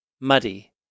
muddy